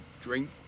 drink